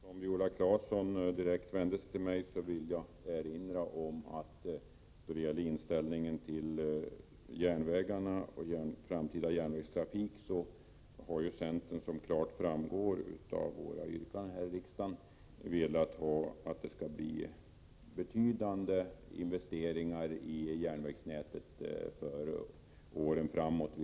Herr talman! Eftersom Viola Claesson vände sig direkt till mig vill jag erinra om att centerns inställning till den framtida järnvägstrafiken, som klart framgår av våra yrkanden här i riksdagen, är att det skall göras betydande investeringar i järnvägsnätet för åren framöver.